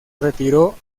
retiró